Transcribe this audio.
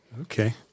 Okay